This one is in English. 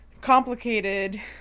complicated